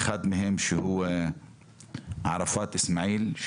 אחד מהם הוא ערפאת אסמעיל.